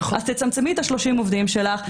אז תצמצמי את ה-30 עובדים שלך,